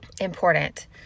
important